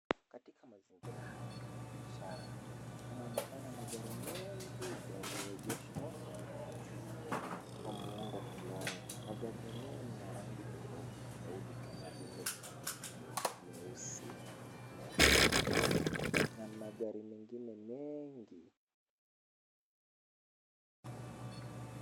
Katika mazingira haya ya kibiashara panaonekana magari mengi yaliogeshwa kwa muundo fulani. Magari yenyewe ni ya rangi tofauti tofauti kama vile meusi, meupe na magari mengine mengi.